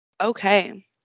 Okay